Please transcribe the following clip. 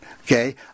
Okay